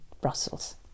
Brussels